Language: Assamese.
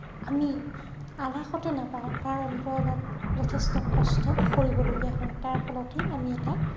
আমি আলাসতে নাপাওঁ তাৰ অন্তৰালত যথেষ্ট কষ্ট কৰিবলগীয়া হয় তাৰ ফলতেই আমি এটা